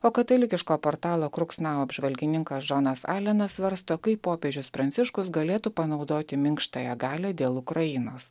o katalikiško portalo kruksnao apžvalgininkas džonas alenas svarsto kaip popiežius pranciškus galėtų panaudoti minkštąją galią dėl ukrainos